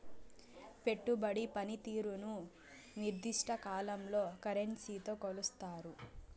పెట్టుబడి పనితీరుని నిర్దిష్ట కాలంలో కరెన్సీతో కొలుస్తారు